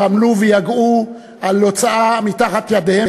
עמלו ויגעו על הוצאת החוק מתחת ידיהם,